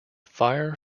fire